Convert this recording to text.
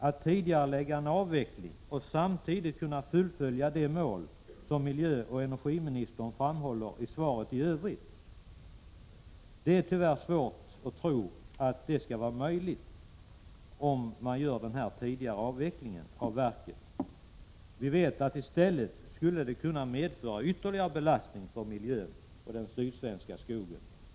Det är tyvärr svårt att tro att det skulle vara möjligt att tidigarelägga en avveckling och samtidigt i övrigt fullfölja de mål som miljöoch energiministern framhåller i sitt svar. Vi vet att det i stället skulle medföra ytterligare belastning på miljön och den sydsvenska skogen.